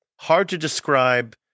hard-to-describe